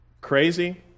Crazy